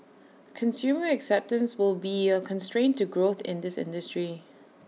consumer acceptance will be A constraint to growth in this industry